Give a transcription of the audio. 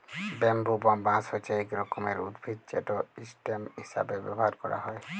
bamboo বা বাঁশ হছে ইক রকমের উদ্ভিদ যেট ইসটেম হিঁসাবে ব্যাভার ক্যারা হ্যয়